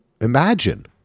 imagine